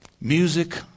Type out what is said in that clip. music